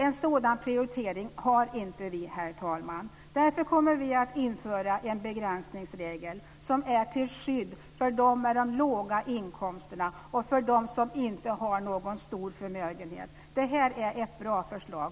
En sådan prioritering har inte vi, herr talman. Därför kommer vi att införa en begränsningsregel som är till skydd för dem med de låga inkomsterna och för dem som inte har någon stor förmögenhet. Det här är ett bra förslag.